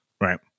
right